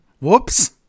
Whoops